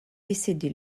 décédé